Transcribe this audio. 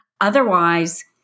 Otherwise